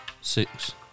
Six